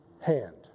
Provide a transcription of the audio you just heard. hand